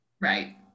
Right